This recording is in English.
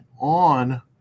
on